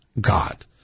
God